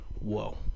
Whoa